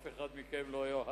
אף אחד מכם לא יאהב.